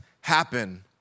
happen